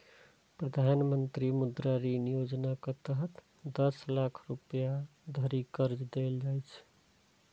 प्रधानमंत्री मुद्रा ऋण योजनाक तहत दस लाख रुपैया धरि कर्ज देल जाइ छै